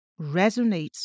resonates